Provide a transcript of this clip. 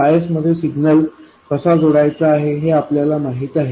bias मध्ये signal कसा जोडायचा हे आपल्याला माहित आहे